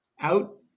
out